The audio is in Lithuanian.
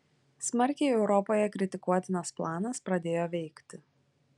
smarkiai europoje kritikuotinas planas pradėjo veikti